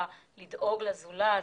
הדאגה לזולת